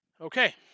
Okay